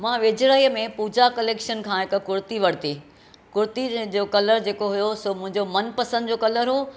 मां वेझिड़ाईंअ में पूजा कलेक्शन खां हिकु कुर्ती वरिती कुर्ती जंहिं जो कलर जेको हुयो सो मुंहिंजो मनपसंद जो कलर हुओ